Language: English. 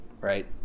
right